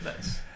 Nice